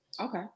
Okay